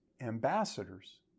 ambassadors